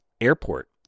airport